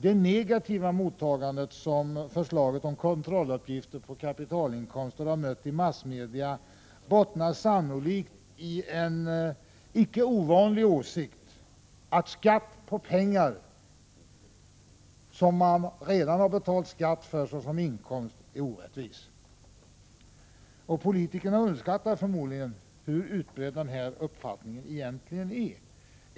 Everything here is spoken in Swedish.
Det negativa mottagande som förslaget om kontrolluppgifter på kapitalinkomster har mött i massmedia bottnar sannolikt i en icke ovanlig åsikt, nämligen den att skatt på pengar som redan har beskattats en gång som inkomst är orättvis. Politikerna känner förmodligen inte till hur utbredd den här uppfattningen egentligen är.